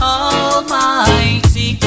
Almighty